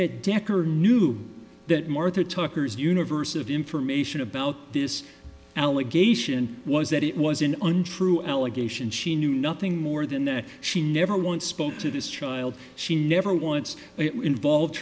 that decker knew that martha tucker's universe of information about this allegation was that it was an untrue allegation she knew nothing more than a she never once spoke to this child she never once involved